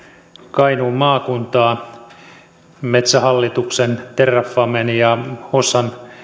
kainuun maakuntaa metsähallituksen terrafamen ja hossan